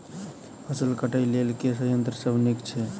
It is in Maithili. फसल कटाई लेल केँ संयंत्र सब नीक छै?